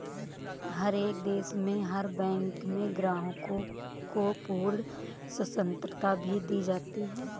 हर एक देश में हर बैंक में ग्राहकों को पूर्ण स्वतन्त्रता भी दी जाती है